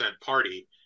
party